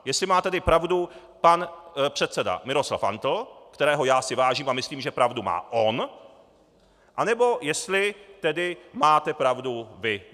Jestli má tedy pravdu pan předseda Miroslav Antl, kterého já si vážím, a myslím, že pravdu má on, anebo jestli tedy máte pravdu vy.